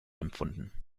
empfunden